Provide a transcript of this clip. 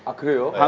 ah school.